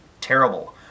terrible